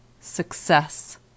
Success